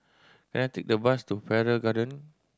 can I take a bus to Farrer Garden